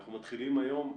ואנחנו מתחילים היום,